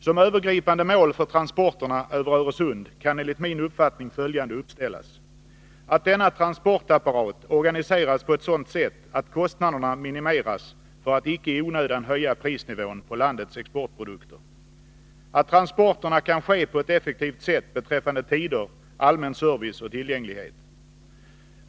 Som övergripande mål för transporterna över Öresund kan enligt min uppfattning följande uppställas: 1. att denna transportapparat organiseras på ett sådant sätt att kostnaderna minimeras så att prisnivån icke i onödan höjs beträffande landets exportprodukter, 2. att transporterna kan ske på ett effektivt sätt beträffande tider, allmän service och tillgänglighet.